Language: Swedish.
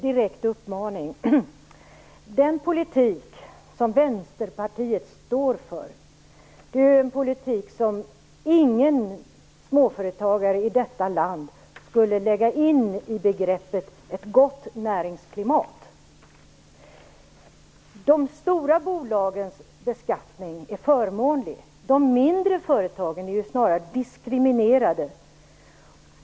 Fru talman! Den politik som Vänsterpartiet står för är en politik som ingen småföretagare i detta land skulle lägga in i begreppet ett gott näringsklimat. De stora bolagens beskattning är förmånlig. De mindre företagen är ju snarare diskriminerade.